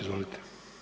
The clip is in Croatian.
Izvolite.